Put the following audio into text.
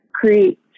create